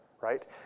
right